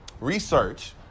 Research